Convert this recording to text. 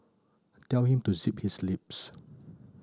tell him to zip his lips